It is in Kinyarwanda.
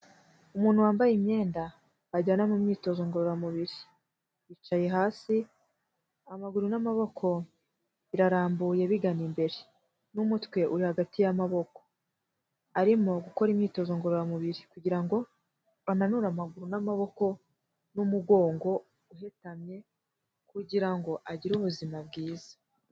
Umuntu wambaye imyenda ajyana mu myitozo ngororamubiri, yicaye hasi, amaguru n'amaboko birambuye bigana imbere, n'umutwe uri hagati y'amaboko, arimo gukora imyitozo ngororamubiri, kugira ngo ananure amaguru n'amaboko n'umugongo uhetamye, kugira ngo agire ubuzima bwiza.